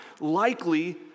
likely